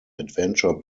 adventure